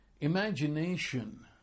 imagination